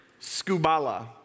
skubala